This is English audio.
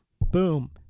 boom